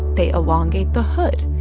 they elongate the hood.